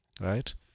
right